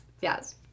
Yes